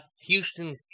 Houston